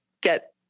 get